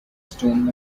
stone